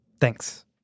Thanks